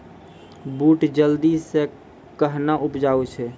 बूट जल्दी से कहना उपजाऊ छ?